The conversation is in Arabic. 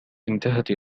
انتهت